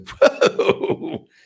Whoa